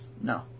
No